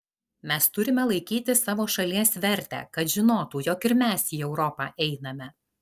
mes turime laikyti savo šalies vertę kad žinotų jog ir mes į europą einame